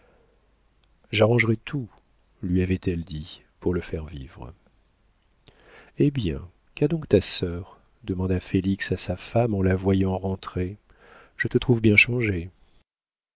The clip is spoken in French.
j'arrangerai tout lui avait-elle dit pour le faire vivre eh bien qu'a donc ta sœur demanda félix à sa femme en la voyant rentrer je te trouve bien changée